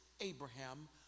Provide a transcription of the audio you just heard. Abraham